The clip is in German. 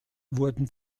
wurden